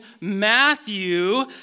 Matthew